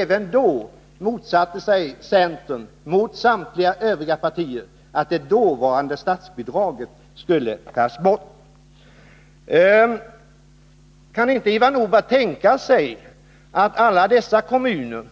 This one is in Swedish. Även då motsatte sig centern, mot samtliga övriga partier, att det statsbidraget skulle tas bort. Kan inte Ivar Nordberg tänka sig att också de kommuner